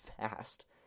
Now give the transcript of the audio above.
fast